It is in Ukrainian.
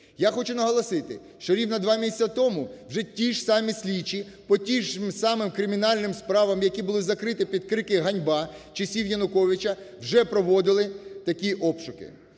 Я хочу наголосити, що рівно два місяці тому вже ті ж самі слідчі по тим же самим кримінальним справам, які були закриті під крики "ганьба!" часів Януковича, вже проводили такі обшуки.